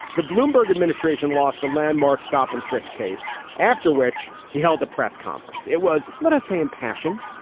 the bloomberg administration lost a landmark stop and frisk case after which he held a press conference. it was, let us say, impassioned.